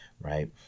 right